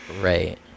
Right